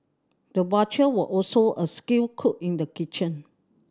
the butcher was also a skilled cook in the kitchen